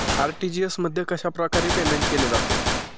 RTGS मध्ये कशाप्रकारे payment केले जाते?